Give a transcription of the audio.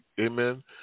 Amen